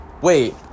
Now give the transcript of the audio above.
wait